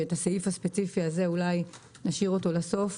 שאת הסעיף הספציפי הזה אולי נשאיר אותו לסוף,